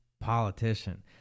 politician